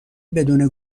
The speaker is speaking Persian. بدون